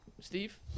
Steve